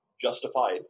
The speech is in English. justified